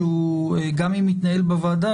שגם אם יתנהל בוועדה,